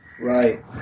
Right